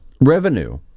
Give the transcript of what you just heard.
revenue